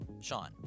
Sean